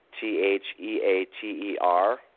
T-H-E-A-T-E-R